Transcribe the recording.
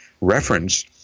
reference